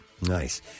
Nice